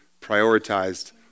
prioritized